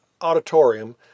auditorium